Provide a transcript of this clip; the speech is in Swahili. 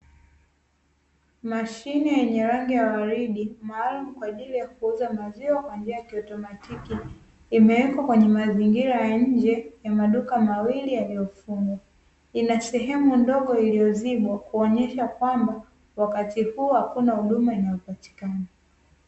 Mashine yenye rangi ya waridi, maalumu kwa ajili ya kuuza maziwa kwa njia ya kiautomatiki, imewekewa kwenye mazingira ya nje ya maduka mawili yaliyofungwa, inasehemu ndogo iliyozibwa, kuonyesha kwamba wakati huo hakuna huduma inayopatikana.